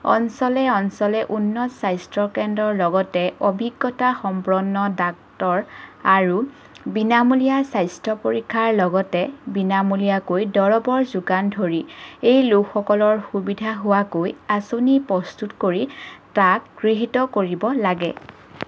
অঞ্চলে অঞ্চলে উন্নত স্বাস্থ্য কেন্দ্ৰৰ লগতে অভিজ্ঞতাসম্পন্ন ডাক্তৰ আৰু বিনামূলীয়া স্বাস্থ্য পৰীক্ষাৰ লগতে বিনামূলীয়াকৈ দৰৱৰ যোগান ধৰি এই লোকসকলৰ সুবিধা হোৱাকৈ আঁচনি প্ৰস্তুত কৰি তাক গৃহীত কৰিব লাগে